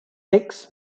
six